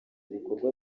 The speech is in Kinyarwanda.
ibikorwa